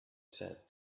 said